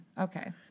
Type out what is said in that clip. Okay